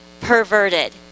perverted